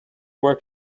work